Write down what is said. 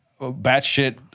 batshit